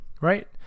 right